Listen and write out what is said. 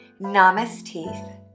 Namaste